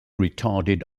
retarded